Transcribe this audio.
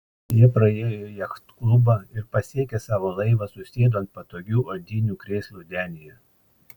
jie praėjo jachtklubą ir pasiekę savo laivą susėdo ant patogių odinių krėslų denyje